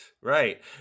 right